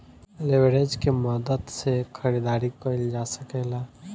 leverage के मदद से खरीदारी कईल जा सकेला